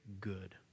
good